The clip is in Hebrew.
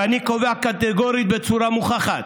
ואני קובע קטגורית, בצורה מוכחת,